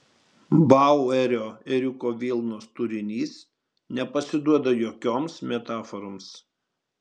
bauerio ėriukų vilnos turinys nepasiduoda jokioms metaforoms